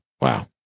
Wow